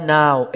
now